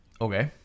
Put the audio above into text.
Okay